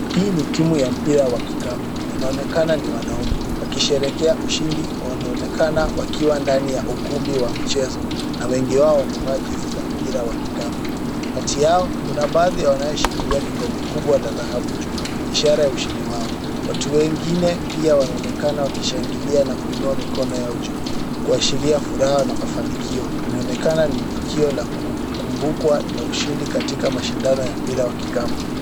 Hii ni timu ya mpira wa kikapu, inaonekana ni wanaume, wakisherehekea ushindi. Wanaonekana kuwa ndani ya ukumbi wa michezo na wengi wao wamevaa jezi za mpira wa kikapu. Kati yao, kuna baadhi wanaoshikilia kikombe kubwa la dhahabu juu, ishara ya ushindi wao. Watu wegine pia wanaonekana wakishangilia na kuinua mikono yao juu, kuashiria furaha na mafanikio. Inaonekana ni tukio la kukumbukwa la ushindi katika mashindano ya mpira wa kikapu.